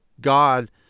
God